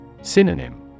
Synonym